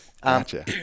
Gotcha